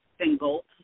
single